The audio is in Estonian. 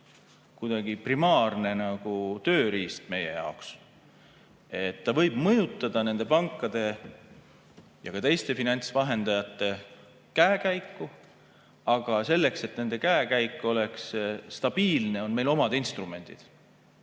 kuidagi primaarne tööriist meie jaoks. See võib mõjutada nende pankade ja ka teiste finantsvahendajate käekäiku, aga selleks, et nende käekäik oleks stabiilne, on meil oma instrumendid.